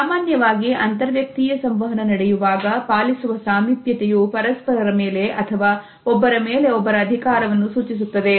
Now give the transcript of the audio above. ಸಾಮಾನ್ಯವಾಗಿ ಅಂತರ್ ವ್ಯಕ್ತಿಯ ಸಂವಹನ ನಡೆಯುವಾಗ ಪಾಲಿಸುವ ಸಾಮೀಪ್ಯತೆ ಯು ಪರಸ್ಪರರ ಮೇಲೆ ಅಥವಾ ಒಬ್ಬರ ಮೇಲೆ ಒಬ್ಬರ ಅಧಿಕಾರವನ್ನು ಸೂಚಿಸುತ್ತದೆ